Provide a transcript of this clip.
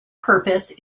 purpose